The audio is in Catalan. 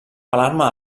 alarma